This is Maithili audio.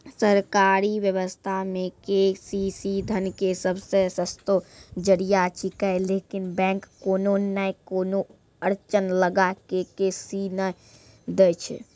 सरकारी व्यवस्था मे के.सी.सी धन के सबसे सस्तो जरिया छिकैय लेकिन बैंक कोनो नैय कोनो अड़चन लगा के के.सी.सी नैय दैय छैय?